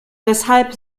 deshalb